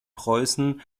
preußen